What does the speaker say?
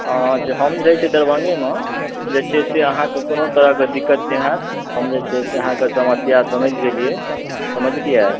आँ जे हम जे रहे छियै दरभंगे मे जे छै से अहाँके कोनो तरह के दिक्कत नहि होयत हम जे छै से अहाँके समस्या समैझ गेलियै समझलियै